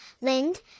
Lind